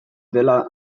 dela